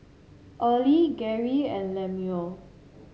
Early Geri and Lemuel